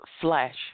flash